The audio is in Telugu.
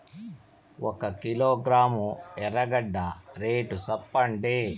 ఒక కిలోగ్రాము ఎర్రగడ్డ రేటు సెప్పండి?